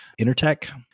intertech